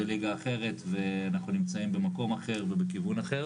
ליגה אחרת ואנחנו נמצאים במקום אחר ובכיוון אחר.